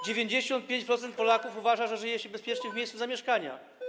95% Polaków uważa, że żyje się bezpiecznie w miejscu zamieszkania.